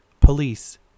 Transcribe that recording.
police